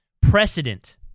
precedent